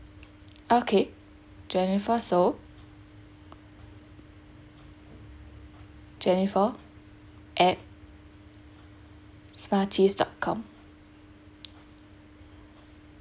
okay jennifer soh jennifer at smarties dot com